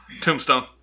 Tombstone